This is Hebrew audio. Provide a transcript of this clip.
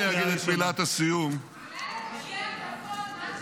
קריאה ראשונה.